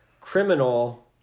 criminal